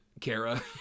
Kara